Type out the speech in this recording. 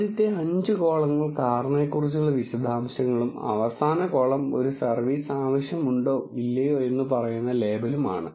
ആദ്യത്തെ അഞ്ച് കോളങ്ങൾ കാറിനെക്കുറിച്ചുള്ള വിശദാംശങ്ങളും അവസാന കോളം ഒരു സർവീസ് ആവശ്യമുണ്ടോ ഇല്ലയോ എന്ന് പറയുന്ന ലേബലും ആണ്